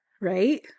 Right